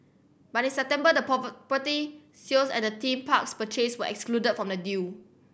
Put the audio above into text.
but in September the property sales at the theme parks purchase were excluded from the deal